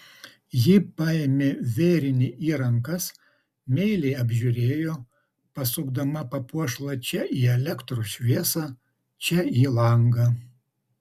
ji paėmė vėrinį į rankas meiliai apžiūrėjo pasukdama papuošalą čia į elektros šviesą čia į langą